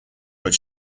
but